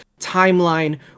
timeline